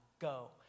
go